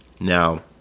Now